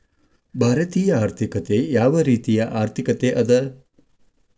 ಭಾರತೇಯ ಆರ್ಥಿಕತೆ ಯಾವ ರೇತಿಯ ಆರ್ಥಿಕತೆ ಅದ?